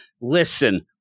listen